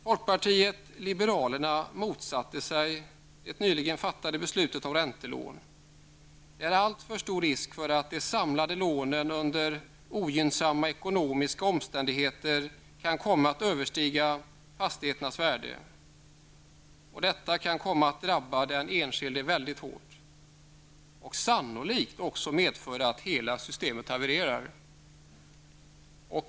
Folkpartiet liberalerna motsatte sig det nyligen fattade beslutet om räntelån. Det är alltför stor risk för att de samlade lånen under ogynnsamma ekonomiska omständigheter kan komma att överstiga fastigheternas värde. Detta kan komma att drabba den enskilde mycket hårt. Det kan sannolikt också medföra att hela systemet havererar.